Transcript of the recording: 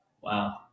Wow